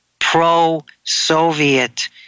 pro-Soviet